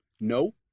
No